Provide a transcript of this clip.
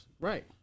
Right